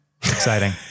Exciting